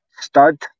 stud